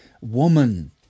woman